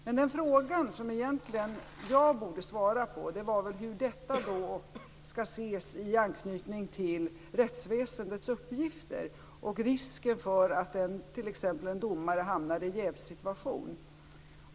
Men den fråga som jag egentligen borde svara på gällde väl hur detta skall ses i anknytning till rättsväsendets uppgifter och risken för att t.ex. en domare hamnar i jävssituation.